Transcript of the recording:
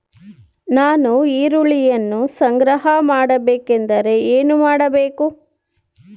ನಾನು ಈರುಳ್ಳಿಯನ್ನು ಸಂಗ್ರಹ ಮಾಡಬೇಕೆಂದರೆ ಏನು ಮಾಡಬೇಕು?